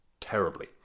terribly